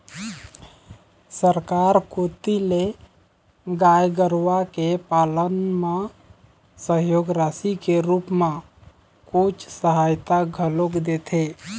सरकार कोती ले गाय गरुवा के पालन म सहयोग राशि के रुप म कुछ सहायता घलोक देथे